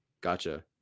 Gotcha